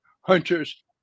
Hunter's